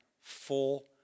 full